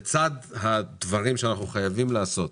לצד הדברים שאנחנו חייבים לעשות